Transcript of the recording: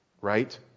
right